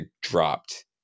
dropped